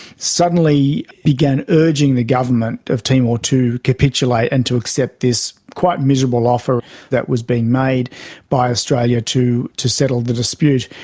suddenly began urging the government of timor to capitulate and to accept this quite miserable offer that was being made by australia to to settle the dispute.